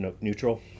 neutral